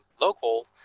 local